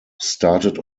started